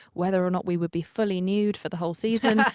whether or not we would be fully nude for the whole season. ah